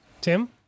tim